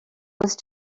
was